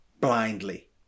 blindly